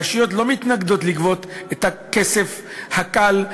הרשויות לא מתנגדות לגבות את הכסף הקל,